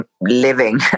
living